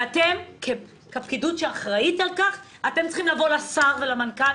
אתם כפקידות שאחראית על כך צריכים לבוא לשר ולמנכ"ל